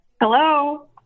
hello